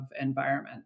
environment